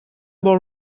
vol